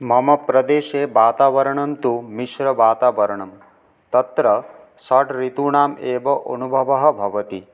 मम प्रदेशे वातावरणं तु मिश्रवातावरणं तत्र षड् ऋतूणां एव अनुभवः भवति